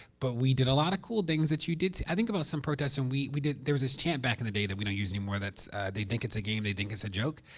but we did a lot of cool things that you did see. i think about some protests and we we did there was this chant back in the day that we don't use anymore that's they think it's a game, they think it's a joke.